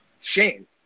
Shame